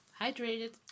hydrated